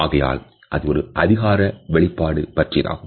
ஆகையால் அது ஒரு அதிகார வெளிப்பாடு பற்றியதாகும்